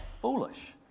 foolish